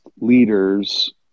leaders